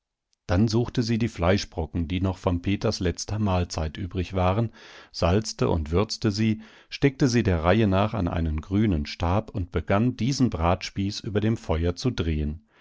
dann suchte sie die fleischbrocken die noch von peters letzter mahlzeit übrig waren salzte und würzte sie steckte sie der reihe nach an einen grünen stab und begann diesen bratspieß über dem feuer zu drehen